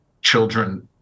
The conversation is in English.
children